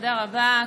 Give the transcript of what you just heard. תודה רבה,